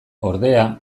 ordea